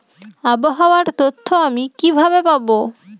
আবহাওয়ার তথ্য আমি কিভাবে পাবো?